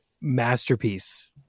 masterpiece